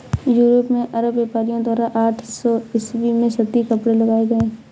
Europe में अरब व्यापारियों द्वारा आठ सौ ईसवी में सूती कपड़े लाए गए